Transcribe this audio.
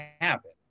happen